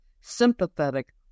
sympathetic